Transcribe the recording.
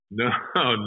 no